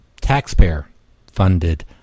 taxpayer-funded